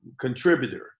contributor